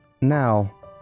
Now